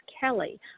Kelly